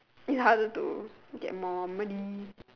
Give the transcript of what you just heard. it's harder to get more money